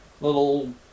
little